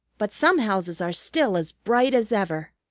but some houses are still as bright as ever.